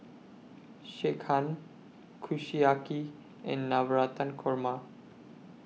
Sekihan Kushiyaki and Navratan Korma